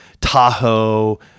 Tahoe